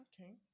Okay